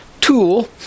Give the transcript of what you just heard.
tool